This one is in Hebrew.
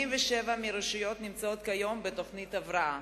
87 מהרשויות נמצאות כיום בתוכנית הבראה,